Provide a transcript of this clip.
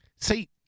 See